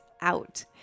out